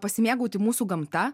pasimėgauti mūsų gamta